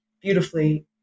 beautifully